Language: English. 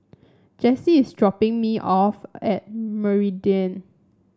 Jessie is dropping me off at Meridian